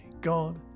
god